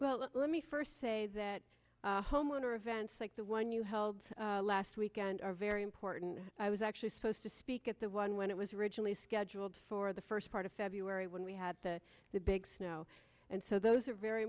well let me first say that homeowner events like the one you held last weekend are very important i was actually supposed to speak at the one when it was originally scheduled for the first part of february when we had the the big snow and so those are very